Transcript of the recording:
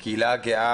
אנשי הקהילה הגאה,